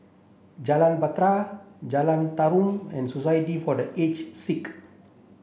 Jalan Bahtera Jalan Tarum and Society for the Aged Sick